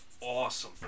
awesome